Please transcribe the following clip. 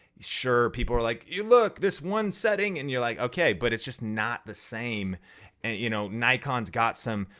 sure people are like, you look, this one setting, and you're like, okay, but it's just not the same. and you know nikons got some.